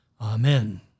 Amen